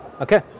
Okay